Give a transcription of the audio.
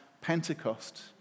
Pentecost